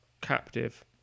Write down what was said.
captive